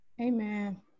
Amen